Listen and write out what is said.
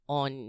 on